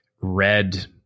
Red